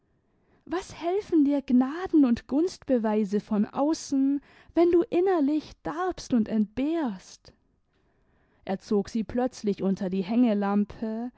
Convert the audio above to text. was helfen dir gnaden und gunstbeweise von außen wenn du innerlich darbst und entbehrst er zog sie plötzlich unter die hängelampe